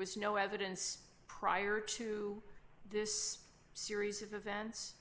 was no evidence prior to this series of events